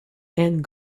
and